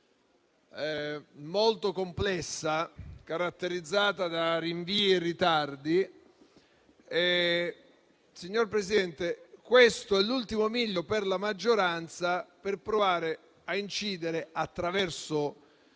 molto complessa, caratterizzata da rinvii e ritardi, vorrei dire che questo è l'ultimo miglio per la maggioranza per provare a incidere, attraverso